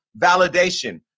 validation